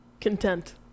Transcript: Content